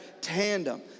tandem